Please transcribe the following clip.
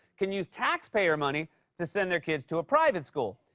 can use taxpayer money to send their kids to a private school.